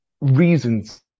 reasons